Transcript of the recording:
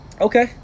okay